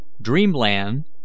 Dreamland